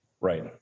Right